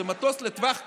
זה מטוס לטווח קצר.